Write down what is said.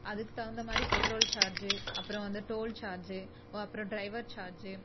அதுக்குத் தகுந்த மாதிரி பெட்ரோல் சார்ஜு அப்புறம் வந்து டோல் சார்ஜு ஓ அப்புறம் ட்ரைவர் சார்ஜு